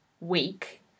week